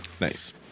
Nice